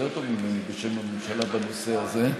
ממני בשם הממשלה בנושא הזה.